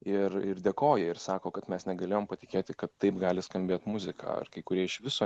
ir ir dėkoja ir sako kad mes negalėjom patikėti kad taip gali skambėt muzika ar kai kurie iš viso